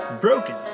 broken